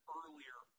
earlier